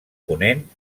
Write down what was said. ponent